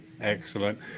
excellent